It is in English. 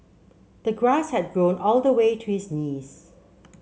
the grass had grown all the way to his knees